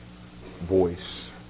voice